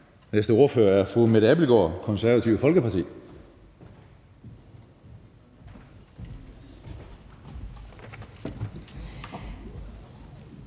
næste ordfører er fru Mette Abildgaard, Det Konservative Folkeparti.